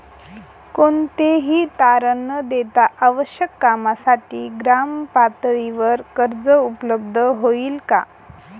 कोणतेही तारण न देता आवश्यक कामासाठी ग्रामपातळीवर कर्ज उपलब्ध होईल का?